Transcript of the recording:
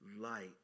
light